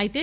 అయితే